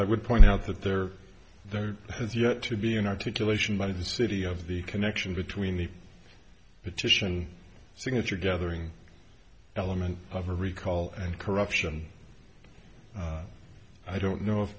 i would point out that there has yet to be an articulation by the city of the connection between the petition signature gathering element of a recall and corruption i don't know if